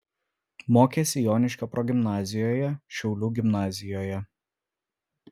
mokėsi joniškio progimnazijoje šiaulių gimnazijoje